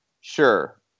sure